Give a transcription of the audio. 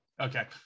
Okay